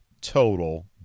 total